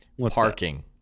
Parking